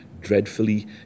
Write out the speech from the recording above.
dreadfully